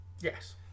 Yes